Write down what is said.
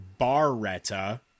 barretta